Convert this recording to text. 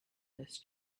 this